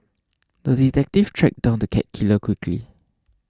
the detective tracked down the cat killer quickly